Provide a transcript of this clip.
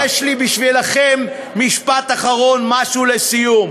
ויש לי בשבילכם משפט אחרון, משהו לסיום: